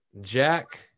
Jack